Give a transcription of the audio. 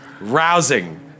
Rousing